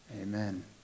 Amen